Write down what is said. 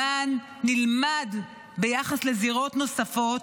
למען נלמד ביחס לזירות נוספות,